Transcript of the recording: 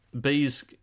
bees